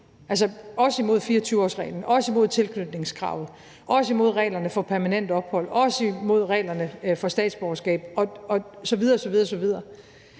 altså også imod 24-årsreglen, også imod tilknytningskravet, også imod reglerne for permanent ophold, også imod reglerne for statsborgerskab osv. osv. Og